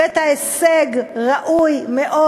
הבאת הישג ראוי מאוד,